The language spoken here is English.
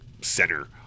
center